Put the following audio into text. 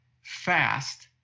fast